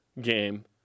game